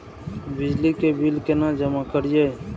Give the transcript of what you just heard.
बिजली के बिल केना जमा करिए?